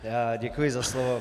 Já děkuji za slovo.